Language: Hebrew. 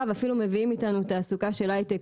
ואפילו מביאים איתנו תעסוקה של הייטק,